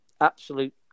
absolute